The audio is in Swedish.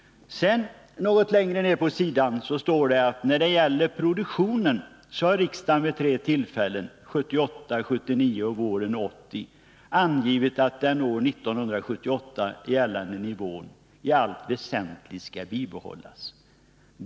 Något längre fram står det: ”När det gäller produktionen har riksdagen vid tre tillfällen — 1978, 1979 och våren 1980 — angivit att den år 1978 gällande nivån i allt väsentligt skall bibehållas.